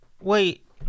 wait